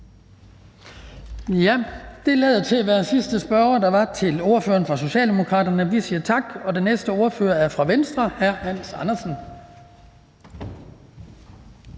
at det var den sidste spørger, der var til ordføreren fra Socialdemokraterne, og vi siger tak. Den næste ordfører er hr. Hans Andersen